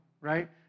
right